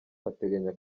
ateganya